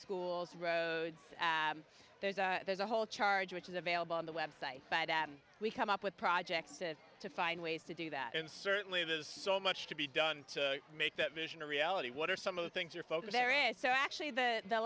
schools roads there's a there's a whole charge which is available on the website but we come up with projects to find ways to do that and certainly there's so much to be done to make that vision a reality what are some of the things you're focus there is so actually the